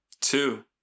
two